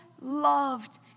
loved